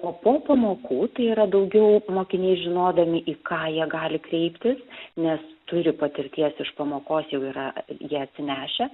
o po pamokų tai yra daugiau mokiniai žinodami į ką jie gali kreiptis nes turi patirties iš pamokos jau yra jie atsinešę